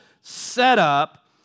setup